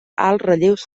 relleus